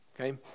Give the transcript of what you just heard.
okay